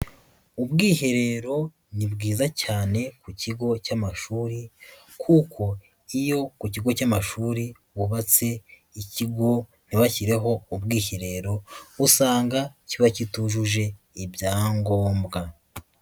Ubwiherero ni bwiza cyane ku kigo cy'amashuri kuko iyo ku kigo cy'amashuri bubatse ikigo ntibashyireho ubwiherero usanga kiba kitujuje ibyangombwa.